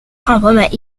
complement